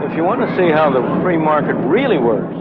you want to see how the free market really works,